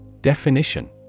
Definition